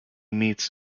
meets